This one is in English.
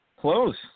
Close